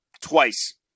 twice